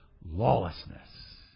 lawlessness